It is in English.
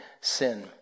sin